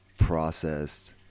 Processed